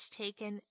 taken